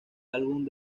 álbum